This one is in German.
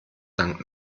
dank